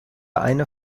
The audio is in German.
eine